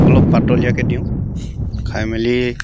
অলপ পাতলীয়াকৈ দিওঁ খাই মেলি